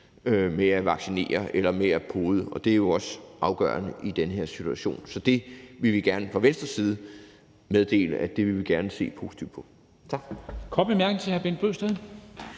med at vaccinere eller med at pode, og det er jo også afgørende i den her situation. Så vi vil gerne fra Venstres side meddele, at det vil vi se positivt på.